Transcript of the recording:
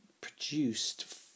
produced